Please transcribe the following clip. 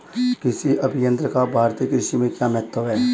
कृषि अभियंत्रण का भारतीय कृषि में क्या महत्व है?